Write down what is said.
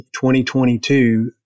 2022